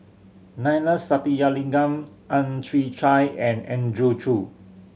Neila Sathyalingam Ang Chwee Chai and Andrew Chew